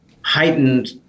heightened